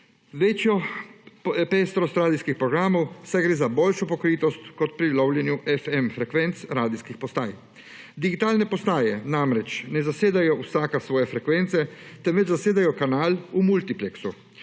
večjo pestrost radijskih programov, saj gre za boljšo pokritost kot pri lovljenju FM frekvenc radijskih postaj. Digitalne postaje namreč ne zasedajo vsaka svoje frekvence, temveč zasedajo kanal v multipleksu.